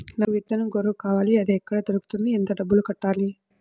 నాకు విత్తనం గొర్రు కావాలి? అది ఎక్కడ దొరుకుతుంది? ఎంత డబ్బులు కట్టాలి?